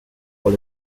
call